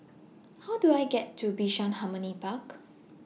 How Do I get to Bishan Harmony Park